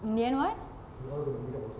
in the end what